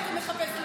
היא לא מתפקדת.